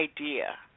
idea